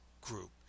group